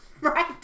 right